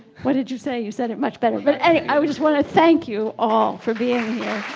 what did you say you said it much better, but i just want to thank you all for being